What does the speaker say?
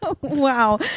Wow